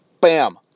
Bam